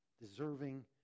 deserving